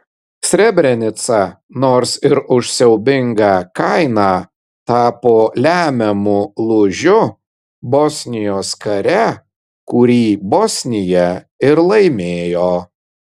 srebrenica nors ir už siaubingą kainą tapo lemiamu lūžiu bosnijos kare kurį bosnija ir laimėjo